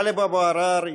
טלב אבו עראר,